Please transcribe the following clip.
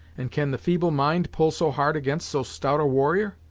and can the feeble mind pull so hard against so stout a warrior?